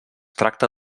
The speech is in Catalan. tracte